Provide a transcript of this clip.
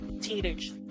teenage